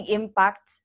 impact